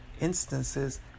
instances